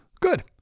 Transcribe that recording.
Good